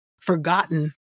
forgotten